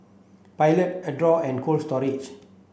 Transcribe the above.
Pilot Adore and Cold Storage